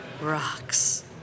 Rocks